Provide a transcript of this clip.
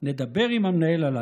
נדבר עם המנהל עלייך.